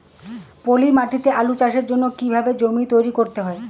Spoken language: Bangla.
পলি মাটি তে আলু চাষের জন্যে কি কিভাবে জমি তৈরি করতে হয়?